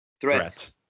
threat